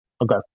okay